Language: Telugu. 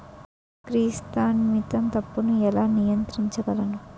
క్రిసాన్తిమం తప్పును ఎలా నియంత్రించగలను?